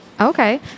Okay